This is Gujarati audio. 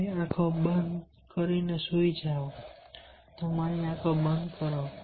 તમારી આંખો બંધ કરીને સૂઈ જાઓ તમારી આંખો બંધ કરો